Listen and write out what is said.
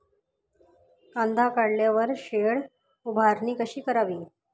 कांदा काढल्यावर शेड उभारणी कशी करावी?